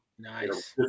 Nice